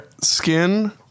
skin